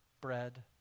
bread